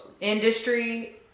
Industry